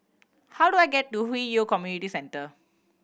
how do I get to Hwi Yoh Community Centre